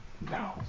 No